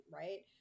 right